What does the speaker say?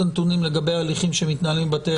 הנתונים לגבי הליכים שמתנהלים בבתי המשפט.